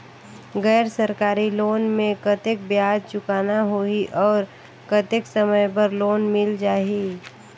गैर सरकारी लोन मे कतेक ब्याज चुकाना होही और कतेक समय बर लोन मिल जाहि?